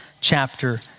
chapter